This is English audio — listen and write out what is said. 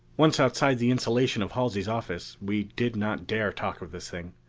once outside the insulation of halsey's office we did not dare talk of this thing.